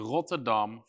Rotterdam